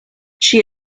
she